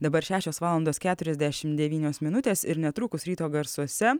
dabar šešios valandos keturiasdešim devynios minutės ir netrukus ryto garsuose